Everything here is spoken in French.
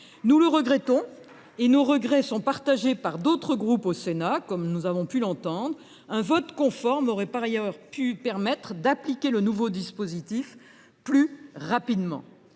Nous le regrettons, et nos regrets sont partagés par d’autres groupes au Sénat, comme nous avons pu l’entendre. Un vote conforme aurait par ailleurs permis d’appliquer le nouveau dispositif plus rapidement.